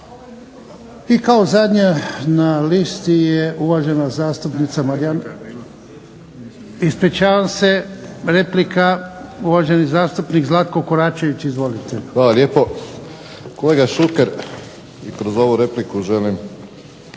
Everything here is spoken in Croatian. I kao zadnja na listi je uvažena zastupnica Marijana. Ispričavam se, replika uvaženi zastupnik Zlatko Koračević. Izvolite. **Koračević, Zlatko (HNS)** Hvala lijepo. Kolega Šuker, i kroz ovu repliku želim